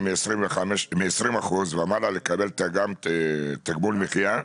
מ-20 אחוזים ומעלה לקבל תגבול מחיה,